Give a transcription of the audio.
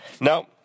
Now